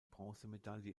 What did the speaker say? bronzemedaille